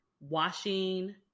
washing